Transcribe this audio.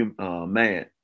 man